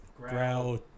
Growl